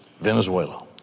Venezuela